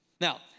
Now